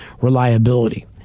reliability